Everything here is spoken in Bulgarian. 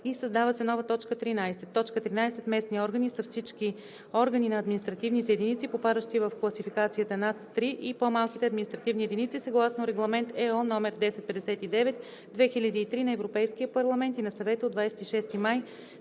и) създава се нова т. 13: „13. „Местни органи“ са всички органи на административните единици, попадащи в класификацията NUTS 3, и по-малките административни единици съгласно Регламент (ЕО) № 1059/2003 на Европейския парламент и на Съвета от 26 май